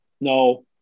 No